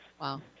Wow